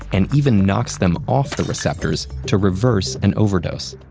and even knocks them off the receptors to reverse an overdose.